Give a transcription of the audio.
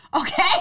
Okay